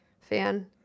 fan